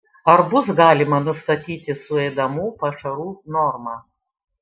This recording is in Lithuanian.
ar bus galima nustatyti suėdamų pašarų normą